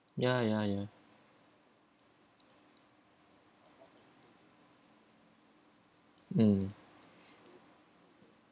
ya ya ya mm